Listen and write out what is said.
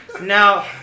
Now